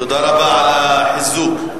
תודה רבה על החיזוק.